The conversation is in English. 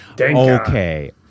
Okay